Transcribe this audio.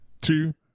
two